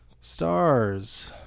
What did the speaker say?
Stars